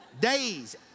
Days